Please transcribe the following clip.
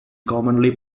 commonly